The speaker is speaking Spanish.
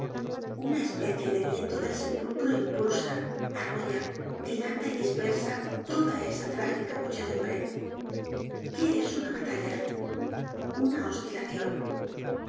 una especie de viento del sepulcro impulsa alrrolla dilata y dispersa toda esa trágica muchedumbre qué es una batalla una oscilacion